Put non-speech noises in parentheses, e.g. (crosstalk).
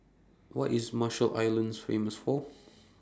What IS Marshall Islands Famous For (noise)